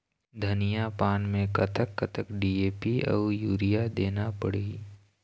धनिया पान मे कतक कतक डी.ए.पी अऊ यूरिया देना पड़ही?